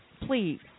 please